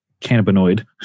cannabinoid